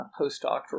postdoctoral